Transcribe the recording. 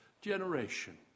generation